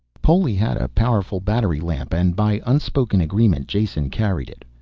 poli had a powerful battery lamp and, by unspoken agreement, jason carried it.